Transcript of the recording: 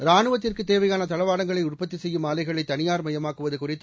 ராணுவத்திற்கு தேவையான தளவாடங்களை உற்பத்தி செய்யும் ஆலைகளை தனியார்மயமாக்குவது குறித்து